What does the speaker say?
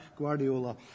guardiola